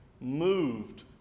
moved